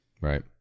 Right